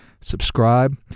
Subscribe